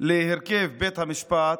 להרכב בית המשפט,